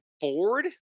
Ford